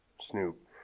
Snoop